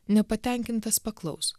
nepatenkintas paklaus